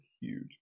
huge